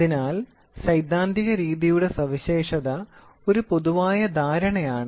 അതിനാൽ സൈദ്ധാന്തിക രീതിയുടെ സവിശേഷത ഒരു പൊതുവായ ധാരണയാണ്